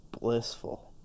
blissful